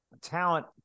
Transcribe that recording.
talent